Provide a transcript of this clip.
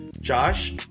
Josh